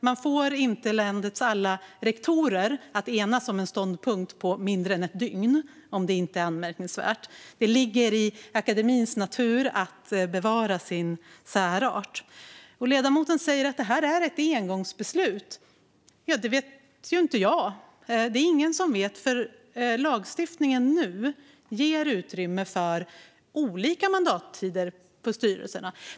Man får inte landets alla rektorer att enas om en ståndpunkt på mindre än ett dygn om något inte är anmärkningsvärt. Det ligger i akademins natur att bevara sin särart. Ledamoten säger också att detta är ett engångsbeslut. Ja, det vet ju inte jag. Det är det ingen som vet. Den nuvarande lagstiftningen ger utrymme för olika mandattider för styrelserna.